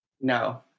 No